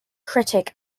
critic